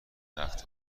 وقت